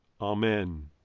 Amen